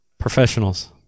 Professionals